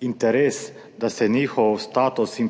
interes, da se njihov status in